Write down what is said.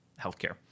healthcare